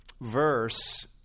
verse